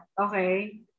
okay